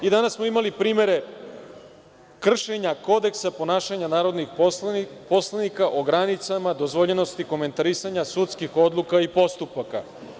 I danas smo imali primere kršenja kodeksa ponašanja narodnih poslanika o granicama dozvoljenosti komentarisanja sudskih odluka i postupaka.